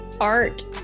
art